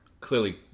clearly